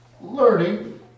learning